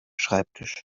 schreibtisch